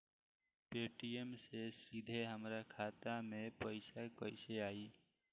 Paytm से सीधे हमरा खाता मे पईसा कइसे आई?